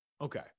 okay